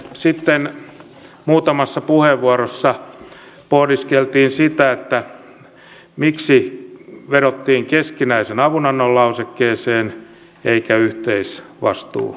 sitten muutamassa puheenvuorossa pohdiskeltiin sitä miksi vedottiin keskinäisen avunannon lausekkeeseen eikä yhteisvastuulausekkeeseen